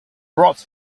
brought